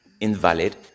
invalid